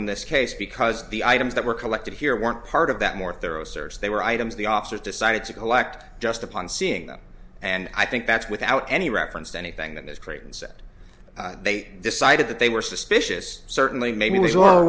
in this case because the items that were collected here weren't part of that more thorough search they were items the officers decided to collect just upon seeing them and i think that's without any reference to anything that is creighton's that they decided that they were suspicious certainly ma